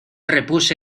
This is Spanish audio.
repuse